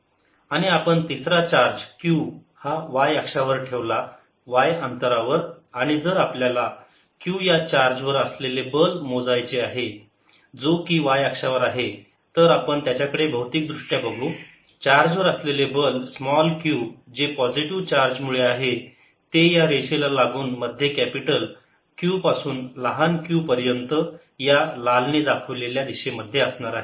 आणि आपण तिसरा चार्ज Q हा y अक्षावर ठेवला y अंतरावर आणि जर आपल्याला q या चार्ज वर असलेले बल मोजावयाचे असेल जो की y अक्षावर आहे तर आपण त्याच्याकडे भौतिक दृष्ट्या बघू चार्ज वर असलेले बल स्मॉल q जे पॉझिटिव चार्ज मुळे आहे ते या रेषेला लागून मध्ये कॅपिटल Q पासून लहान q पर्यंत या लाल ने दाखवलेल्या दिशेमध्ये असणार आहे